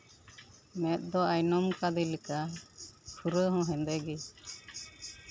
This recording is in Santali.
ᱢᱮᱫ ᱫᱚ ᱟᱭᱱᱚᱢ ᱠᱟᱫᱮ ᱞᱮᱠᱟ ᱠᱷᱩᱨᱟᱹ ᱦᱚᱸ ᱦᱮᱸᱫᱮ ᱜᱮ